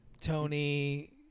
Tony